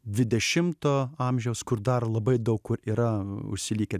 dvidešimto amžiaus kur dar labai daug kur yra užsilikę